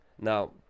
Now